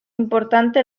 importante